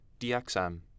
DXM